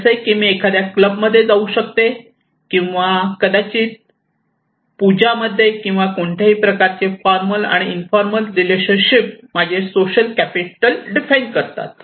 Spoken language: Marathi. जसे की मी एखाद्या क्लबमध्ये जाऊ शकते किंवा कदाचित पूजामध्ये किंवा कोणत्याही प्रकारचे फॉर्मल आणि इंफॉर्मल रिलेशनशिप माझे सोशल कॅपिटल डिफाइन करतात